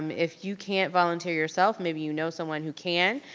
um if you can't volunteer yourself, maybe you know someone who can,